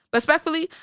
Respectfully